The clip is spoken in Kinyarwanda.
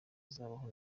azabaho